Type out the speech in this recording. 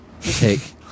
take